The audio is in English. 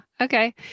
Okay